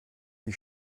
die